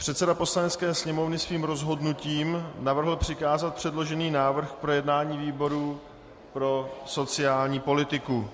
Předseda Poslanecké sněmovny svým rozhodnutím navrhl přikázat předložený návrh k projednání výboru pro sociální politiku.